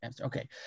Okay